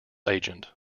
agent